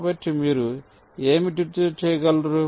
కాబట్టి మీరు ఏమి డిటూర్ చేయగలరు